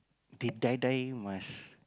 they die die must